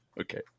Okay